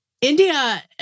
India